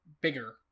bigger